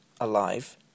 alive